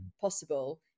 possible